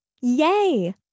Yay